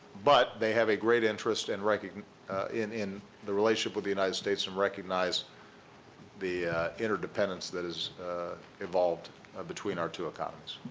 but they have a great interest and in in the relationship with the united states and recognize the interdependence that is involved between our two economies.